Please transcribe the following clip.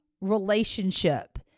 relationship